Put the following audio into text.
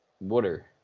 water